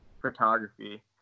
photography